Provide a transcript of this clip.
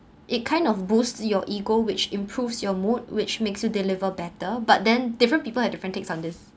it kind of boost your ego which improves your mood which makes you deliver better but then different people have different takes on this